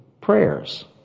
prayers